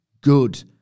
good